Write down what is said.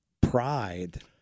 pride